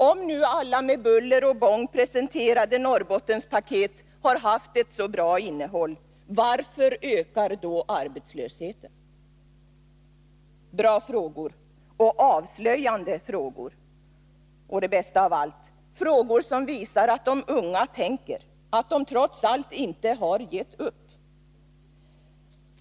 Om nu alla med buller och bång presenterade Norrbottenspaket haft ett så bra innehåll, varför ökar då arbetslösheten?” Bra frågor. Och avslöjande frågor. Och det bästa av allt: frågor som visar att de unga tänker, att de trots allt inte gett upp.